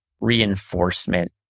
reinforcement